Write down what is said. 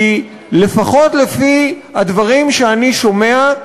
כי לפחות לפי הדברים שאני שומע,